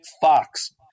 Fox